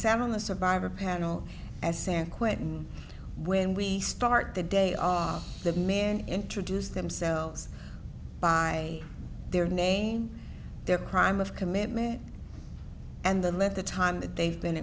sat on the survivor panel as san quentin when we start the day all the men introduce themselves by their name their crime of commitment and the let the time that they've been